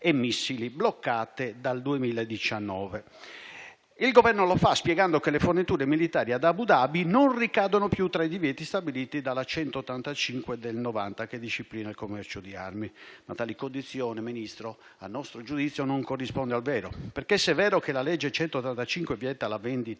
e missili, bloccato dal 2019. Il Governo lo fa spiegando che le forniture militari ad Abu Dhabi non ricadono più tra i divieti stabiliti dalla legge n. 185 del 1990, che disciplina il commercio di armi. Ma tale condizione, Ministro, a nostro giudizio non corrisponde al vero. Infatti, se è vero che la citata legge n. 185 vieta la vendita